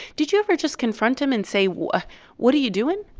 did you ever just confront him and say what what are you doing?